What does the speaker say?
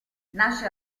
nasce